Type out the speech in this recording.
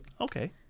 Okay